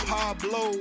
Pablo